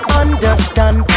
understand